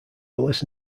willis